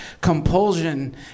compulsion